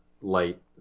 light